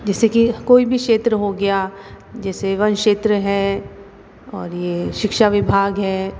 जैसे कि कोई भी क्षेत्र हो गया जैसे वन क्षेत्र है और ये शिक्षा विभाग है